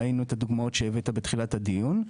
ראינו את הדוגמאות שהבאת בתחילת הדיון.